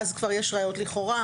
ואז כבר יש ראיות לכאורה.